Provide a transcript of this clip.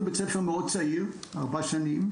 אנחנו בית ספר מאוד חדש וצעיר 4 שנים.